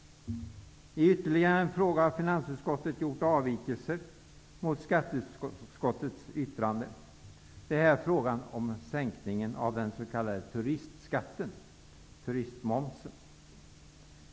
På ytterligare en punkt har finansutskottet gjort en avvikelse från skatteutskottets yttrande. Det gäller sänkningen av den s.k. turistskatten eller turistmomsen.